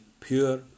pure